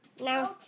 No